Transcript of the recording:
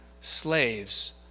slaves